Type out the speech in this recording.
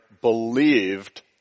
believed